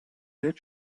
dead